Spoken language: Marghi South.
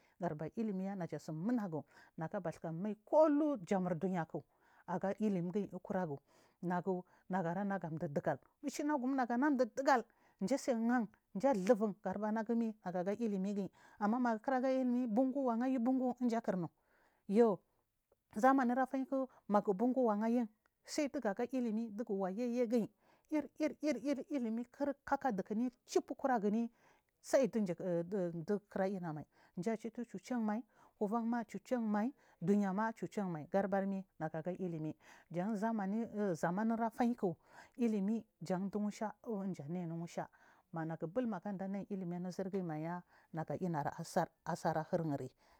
Gadu bar ilimi ya naja sumusdagiu naga baihka mai kulu jamr dunyaku gaga ilimi gunyi ukuraju naku nagara nagamduduga buchi nakum nagarana mdu dugul mji sijia nwan mjisi thuvun gadubar nagu nagaga ilimi giyi ama magu kura ga ilimi wanyubu gu bungu wanga yu bungu yiu zamu ra zamani ilimi wanyi bungu sai dugu wayi yi guri kakadukuni chip ukara guni saidugu kurgina mai mjiyi chitur chuchin mai dunya ma chuchingi gdu bar maga ga ilimi jan zamur faiyku ilimi janu odani amu nusha managu bul naga dami ilimi anu zurguyi maiya naga innar asar asar ahurnry